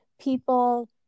people